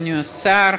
אדוני השר,